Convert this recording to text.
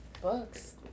Books